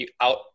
out